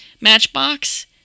Matchbox